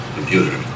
Computer